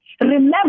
Remember